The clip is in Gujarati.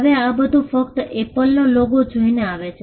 હવે આ બધું ફક્ત એપલનો લોગો જોઈને આવે છે